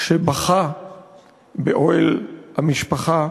שבכה באוהל המשפחה,